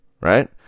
right